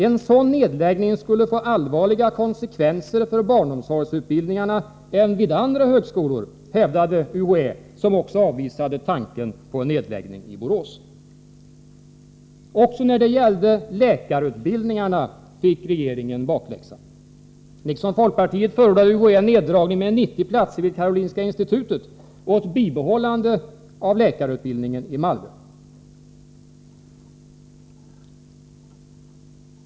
En sådan nedläggning skulle få allvarliga konsekvenser för barnomsorgsutbildningarna även vid andra högskolor, hävdade UHÄ, som också avvisade tanken på en nedläggning i Borås. Också när det gäller läkarutbildningarna fick regeringen bakläxa. Liksom folkpartiet förordade UHÄ neddragning med 90 platser vid Karolinska institutet och ett bibehållande av läkarutbildningen i Malmö.